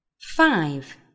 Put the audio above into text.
Five